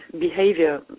behavior